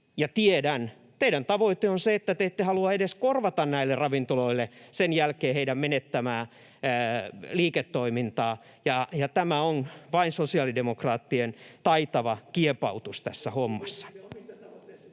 teidän tavoitteenne on se, että te ette halua edes korvata näille ravintoloille sen jälkeen heidän menettämäänsä liiketoimintaa, ja tämä on vain sosiaalidemokraattien taitava kiepautus tässä hommassa.